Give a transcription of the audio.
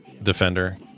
Defender